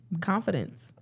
Confidence